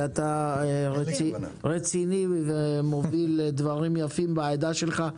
כי אתה רציני ומוביל דברים יפים בעדה שלך.